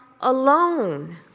alone